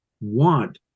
want